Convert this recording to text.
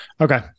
Okay